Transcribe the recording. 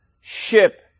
ship